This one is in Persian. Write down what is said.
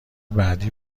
بعدی